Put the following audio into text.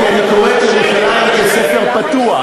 כי אני קורא את ירושלים כספר פתוח.